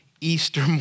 Easter